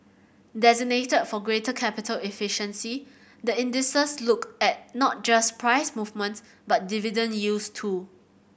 designed for greater capital efficiency the indices look at not just price movements but dividend yields too